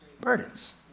burdens